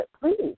please